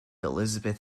elizabeth